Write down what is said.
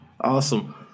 Awesome